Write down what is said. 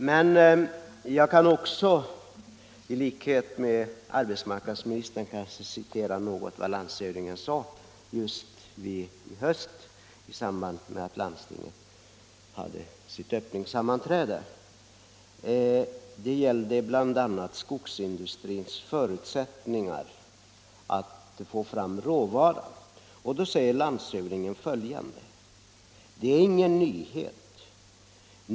Men jag kan också, i likhet med arbetsmarknadsministern, återge något av vad landshövdingen sade i höstas i samband med landstingets öppningssammanträde. Det gällde bl.a. skogsindustrins förutsättningar att få fram råvaran. Landshövdingen sade: ”Det är ingen nyhet.